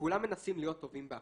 שכולם מנסים להיות טובים בהכל.